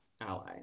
ally